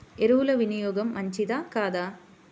ఎరువుల వినియోగం మంచిదా కాదా?